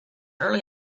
early